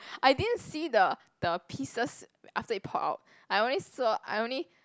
I didn't see the the pieces after it pour out I only saw I only